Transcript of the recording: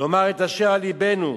לומר את אשר על לבנו?